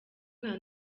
nka